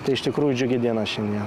tai iš tikrųjų džiugi diena šiandien